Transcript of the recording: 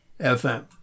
FM